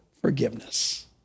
forgiveness